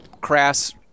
crass